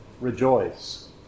Rejoice